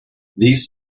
these